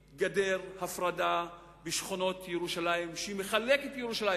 בשכונות ירושלים גדר הפרדה שמחלקת את ירושלים?